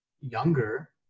younger